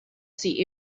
see